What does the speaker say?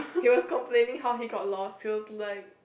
he was complaining how he got lost he was like